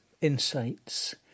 insights